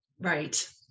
right